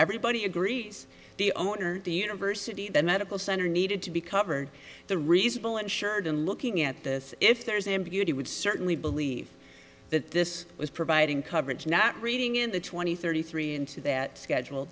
everybody agrees the owner the university the medical center needed to be covered the reasonable insured in looking at this if there's ambiguity would certainly believe that this was providing coverage not reading in the twenty thirty three into that schedule